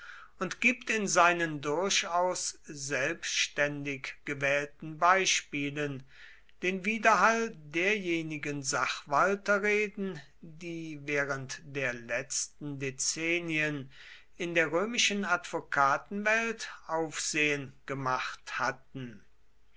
und gibt in seinen durchaus selbständig gewählten beispielen den widerhall derjenigen sachwalterreden die während der letzten dezennien in der römischen advokatenwelt aufsehen gemacht hatten